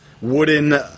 wooden